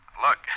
Look